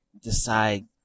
decide